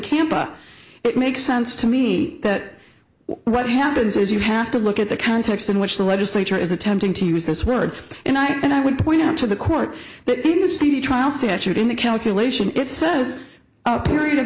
campa it makes sense to me that what happens is you have to look at the context in which the legislature is attempting to use this word and i and i would point out to the court the speedy trial statute in the calculation it says a period of